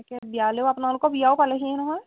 এতিয়া বিয়ালেও আপোনালোকৰ বিয়াও পালেহি নহয়